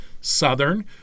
Southern